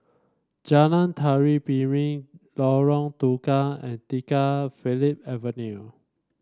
Jalan Tari Piring Lorong Tukang and Tiga Phillip Avenue